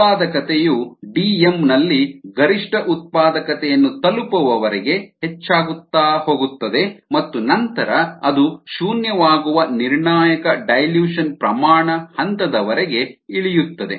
ಉತ್ಪಾದಕತೆಯು Dm ನಲ್ಲಿ ಗರಿಷ್ಠ ಉತ್ಪಾದಕತೆಯನ್ನು ತಲುಪುವವರೆಗೆ ಹೆಚ್ಚಾಗುತ್ತಾ ಹೋಗುತ್ತದೆ ಮತ್ತು ನಂತರ ಅದು ಶೂನ್ಯವಾಗುವ ನಿರ್ಣಾಯಕ ಡೈಲ್ಯೂಷನ್ ಸಾರಗುಂದಿಸುವಿಕೆ ಪ್ರಮಾಣ ಹಂತದವರೆಗೆ ಇಳಿಯುತ್ತದೆ